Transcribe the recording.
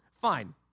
fine